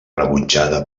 rebutjada